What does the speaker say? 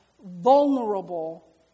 vulnerable